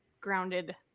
grounded